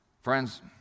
Friends